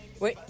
Oui